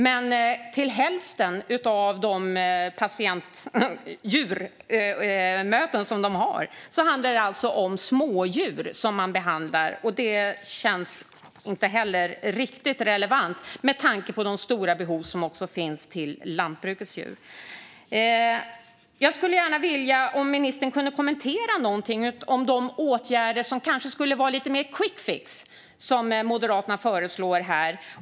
I hälften av mötena med djurpatienter är det alltså smådjur de behandlar, och det känns inte heller riktigt relevant med tanke på de stora behov som finns hos lantbrukets djur. Jag skulle gärna vilja att ministern kommenterade någonting om de åtgärder som kanske skulle kunna vara lite mer av en quickfix och som Moderaterna föreslår här.